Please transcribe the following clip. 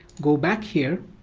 go back here